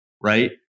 right